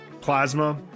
Plasma